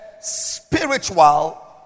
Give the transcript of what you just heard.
spiritual